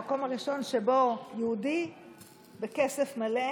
המקום הראשון שבו יהודי בכסף מלא